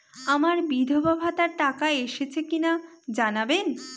আমার বিধবাভাতার টাকা এসেছে কিনা জানাবেন?